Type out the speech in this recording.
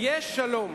יש שלום.